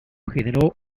generó